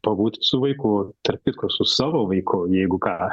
pabūti su vaiku tarp kitko su savo vaiko jeigu ką